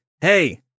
Hey